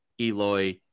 Eloy